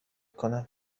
کنم